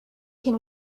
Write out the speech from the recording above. can